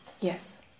Yes